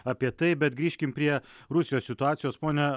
apie tai bet grįžkim prie rusijos situacijos pone